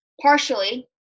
Partially